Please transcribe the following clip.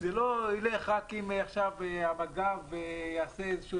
זה לא ילך רק אם עכשיו המג"ב יעשה איזשהו